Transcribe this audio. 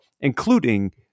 including